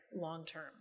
long-term